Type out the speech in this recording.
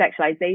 sexualization